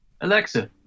Alexa